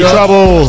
Trouble